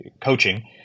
coaching